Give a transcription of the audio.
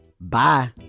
Bye